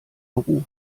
beruf